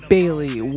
Bailey